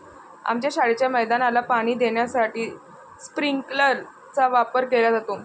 आमच्या शाळेच्या मैदानाला पाणी देण्यासाठी स्प्रिंकलर चा वापर केला जातो